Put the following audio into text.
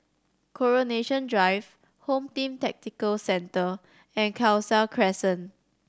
Coronation Drive Home Team Tactical Centre and Khalsa Crescent